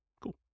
Cool